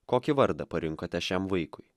kokį vardą parinkote šiam vaikui